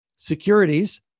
Securities